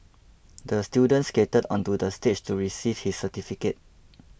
the student skated onto the stage to receive his certificate